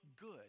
good